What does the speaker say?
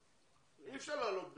אי אפשר להעלות בזום,